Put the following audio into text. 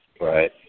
Right